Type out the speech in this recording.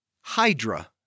Hydra